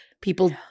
people